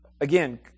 Again